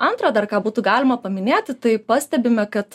antro dar ką būtų galima paminėti tai pastebime kad